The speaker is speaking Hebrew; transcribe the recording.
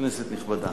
כנסת נכבדה,